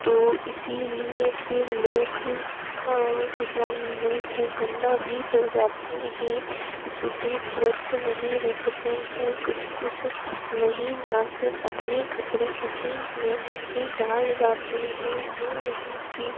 तो इसलिए फिर लोग शिप्रा मैया को गंदा भी कर जाते हैं शुद्ध स्वच्छ नहीं रखते हैं कुछ कुछ वहीं नहा कर अपने कपड़े उसी में ही डाल जाते हैं जो नहीं कि